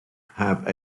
have